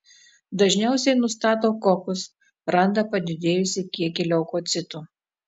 dažniausiai nustato kokus randa padidėjusį kiekį leukocitų